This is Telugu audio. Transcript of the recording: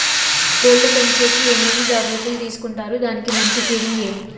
కోళ్ల పెంచేకి ఏమేమి జాగ్రత్తలు తీసుకొంటారు? దానికి మంచి ఫీడింగ్ ఏమి?